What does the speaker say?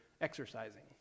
exercising